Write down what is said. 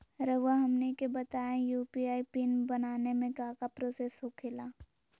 रहुआ हमनी के बताएं यू.पी.आई पिन बनाने में काका प्रोसेस हो खेला?